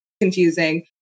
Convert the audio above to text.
confusing